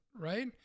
right